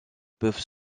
peuvent